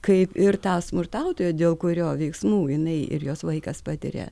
kaip ir tą smurtautoją dėl kurio veiksmų jinai ir jos vaikas patiria